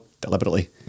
Deliberately